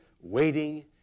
waiting